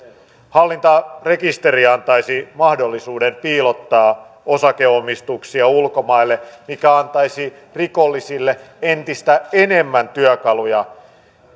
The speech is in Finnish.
hallintarekisteri antaisi mahdollisuuden piilottaa osakeomistuksia ulkomaille mikä antaisi rikollisille entistä enemmän työkaluja